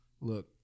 Look